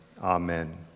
Amen